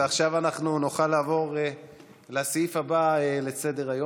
ועכשיו אנחנו נוכל לעבור לסעיף הבא בסדר-היום: